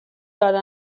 داده